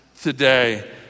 today